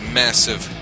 massive